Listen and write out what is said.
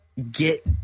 Get